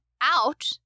out